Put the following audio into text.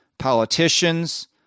politicians